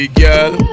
girl